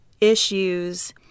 issues